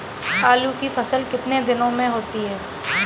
आलू की फसल कितने दिनों में होती है?